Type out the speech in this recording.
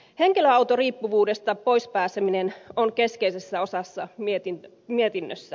henkilöautoriippuvuudesta pois pääseminen on keskeisessä osassa mietinnössä